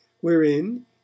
wherein